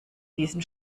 diesen